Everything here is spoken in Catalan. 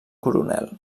coronel